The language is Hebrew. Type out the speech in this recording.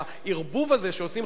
והערבוב הזה שעושים,